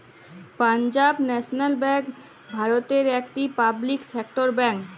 Punjab national bank ভারতের ইকট public sector bank